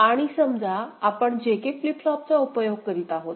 आणि समजा आपण J K फ्लिप फ्लॉपचा उपयोग करीत आहोत